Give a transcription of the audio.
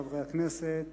חברי הכנסת,